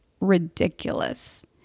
ridiculous